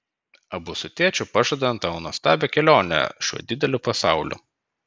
abu su tėčiu pažadam tau nuostabią kelionę šiuo dideliu pasauliu